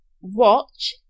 Watch